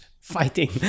fighting